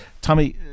Tommy